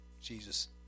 Jesus